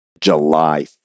July